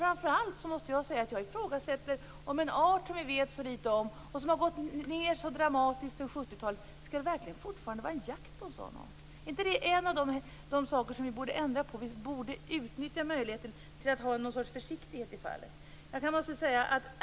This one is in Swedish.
Framför allt ifrågasätter jag jakten på en art som vi vet så litet om och som har gått ned i antal så dramatiskt sedan 70 talet. Skall det verkligen fortfarande vara jakt på en sådan art? Är inte det en av de saker som vi borde ändra på? Vi borde utnyttja möjligheten till att ha någon sorts försiktighet i fallet.